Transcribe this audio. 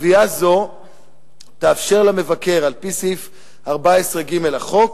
קביעה זו תאפשר למבקר, על-פי סעיף 14(ג) לחוק,